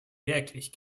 wirklich